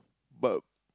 but